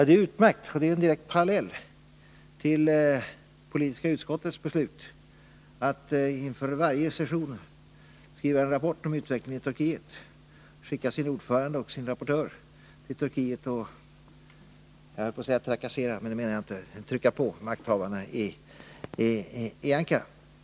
Det är utmärkt, för det är en direkt parallell till politiska utskottets beslut att inför varje session skriva en rapport om utvecklingen i Turkiet och att skicka sin ordförande och sin rapportör till Turkiet för att utöva påtryckningar — jag höll på att säga trakassera, men det menar jag inte — på makthavarna i Ankara.